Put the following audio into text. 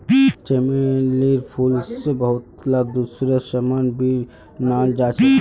चमेलीर फूल से बहुतला दूसरा समान भी बनाल जा छे